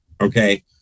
okay